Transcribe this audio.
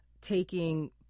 taking